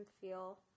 feel